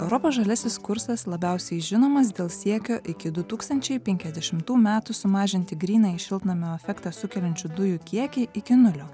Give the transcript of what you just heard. europos žaliasis kursas labiausiai žinomas dėl siekio iki du tūkstančiai penkiasdešimtų metų sumažinti grynąjį šiltnamio efektą sukeliančių dujų kiekį iki nulio